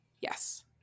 Yes